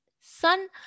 sun